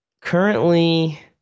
Currently